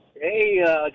Hey